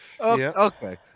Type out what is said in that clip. Okay